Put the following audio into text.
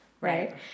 right